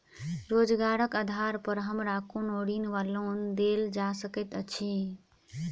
रोजगारक आधार पर हमरा कोनो ऋण वा लोन देल जा सकैत अछि?